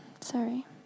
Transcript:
sorry